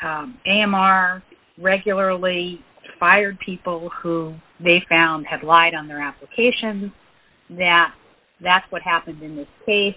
i am are regularly fired people who they found had lied on their applications that that's what happened in this